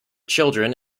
children